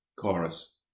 chorus